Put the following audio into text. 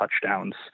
touchdowns